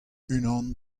unan